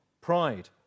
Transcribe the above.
pride